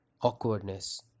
awkwardness